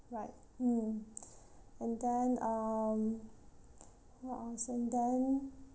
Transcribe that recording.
right mm and then um what else and then